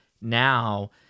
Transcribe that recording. now